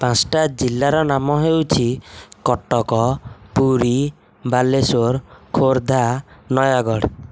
ପାଞ୍ଚଟା ଜିଲ୍ଲାର ନାମ ହେଉଛି କଟକ ପୁରୀ ବାଲେଶ୍ୱର ଖୋର୍ଦ୍ଧା ନୟାଗଡ଼